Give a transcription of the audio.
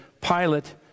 Pilate